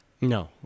No